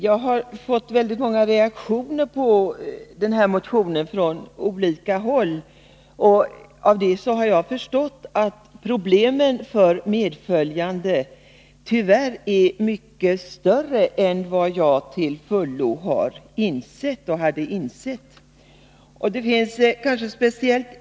Jag har fått många reaktioner från olika håll på denna motion, och av dem = Vissa anslag inom har jag förstått att problemen för medföljande tyvärr är mycket större än vad utrikesdepartejag till fullo hade insett.